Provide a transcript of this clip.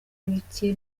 bike